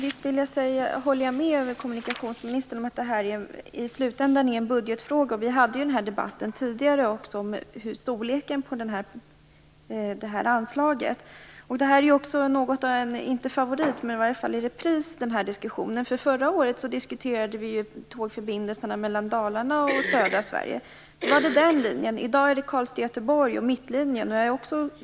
Fru talman! Jag håller med kommunikationsministern om att det här är en budgetfråga i slutändan. Vi hade ju en debatt om storleken på det här anslaget tidigare. Den här diskussionen är ju också om inte en favorit, så i alla fall i repris. Förra året diskuterade vi ju tågförbindelserna mellan Dalarna och södra Sverige. Då var det den linjen. I dag är det mittlinjen mellan Karlstad och Göteborg.